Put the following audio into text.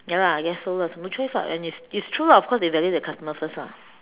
ya lah I guess so lah no choice [what] when it's it's true lah of course they value the customer first lah